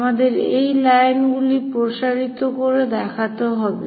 আমাদের সেই লাইনগুলো প্রসারিত করে দেখাতে হবে